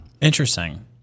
Interesting